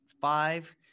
five